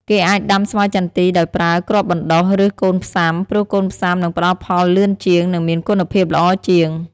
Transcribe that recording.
គេអាចដាំស្វាយចន្ទីដោយប្រើ គ្រាប់បណ្តុះ ឬ កូនផ្សាំ ព្រោះកូនផ្សាំនឹងផ្តល់ផលលឿនជាង និងមានគុណភាពល្អជាង។